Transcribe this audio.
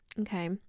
Okay